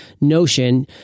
notion